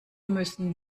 müssen